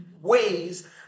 ways